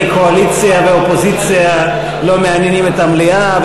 קואליציה ואופוזיציה לא מעניינים את המליאה,